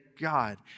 God